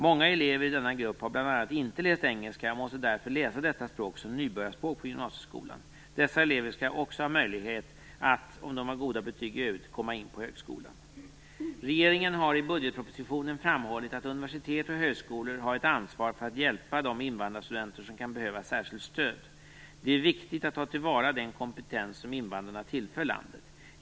Många elever i denna grupp har bl.a. inte läst engelska och måste därför läsa detta språk som nybörjarspråk i gymnasieskolan. Dessa elever skall också ha möjlighet att - om de har goda betyg i övrigt - komma in på högskolan. Regeringen har i budgetpropositionen framhållit att universitet och högskolor har ett ansvar för att hjälpa de invandrarstudenter som kan behöva särskilt stöd. Det är viktigt att ta tillvara den kompetens som invandrarna tillför landet.